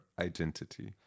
identity